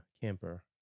camper